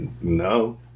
No